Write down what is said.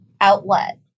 outlet